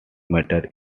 matter